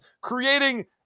creating